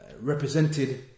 represented